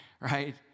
right